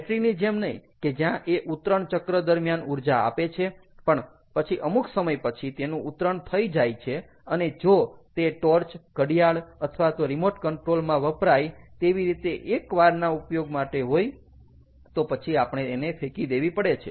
battery ની જેમ નહીં કે જ્યાં એ ઉતરણ ચક્ર દરમિયાન ઊર્જા આપે છે પણ પછી અમુક સમય પછી તેનું ઉતરણ થઈ જાય છે અને જો તે ટોર્ચ ઘડિયાળ અથવા તો રિમોટ કંટ્રોલમાં વપરાય તેવી રીતે એકવારના ઉપયોગ માટે હોય તો પછી આપણે એને ફેંકી દેવી પડે છે